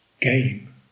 game